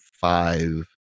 five